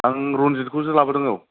आं रनजितखौसो लाबोदों औ